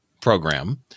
program